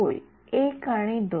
होय १ आणि २